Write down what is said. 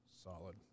Solid